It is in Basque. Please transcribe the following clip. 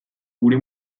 gure